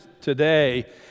today